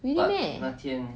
really meh